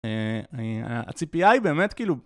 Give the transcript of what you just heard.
הציפייה היא באמת כאילו...